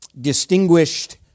Distinguished